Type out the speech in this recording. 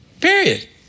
Period